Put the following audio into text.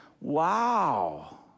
Wow